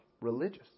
religious